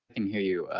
and hear you.